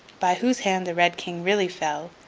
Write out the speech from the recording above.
by whose hand the red king really fell,